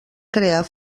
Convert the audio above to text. crear